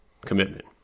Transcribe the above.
commitment